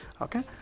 okay